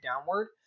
downward